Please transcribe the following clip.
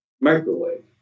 microwave